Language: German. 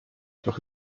doch